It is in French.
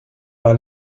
par